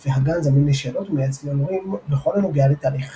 רופא הגן זמין לשאלות ומייעץ להורים בכל הנוגע לתהליך החיסונים.